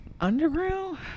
underground